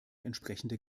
entsprechende